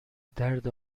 درد